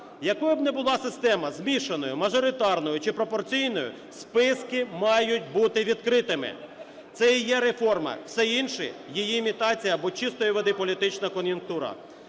Якою б не була система: змішаною, мажоритарною чи пропорційною, – списки мають бути відкритими! Це і є реформа. Все інше – її імітація або чистої води політична кон'юнктура.